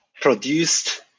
produced